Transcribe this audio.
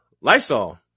Lysol